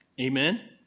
Amen